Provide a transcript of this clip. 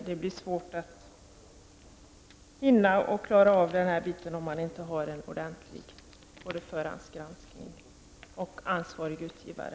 Det behövs alltså både en ordentlig förhandsgranskning och ansvariga utgivare.